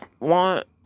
want